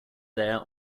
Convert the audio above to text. there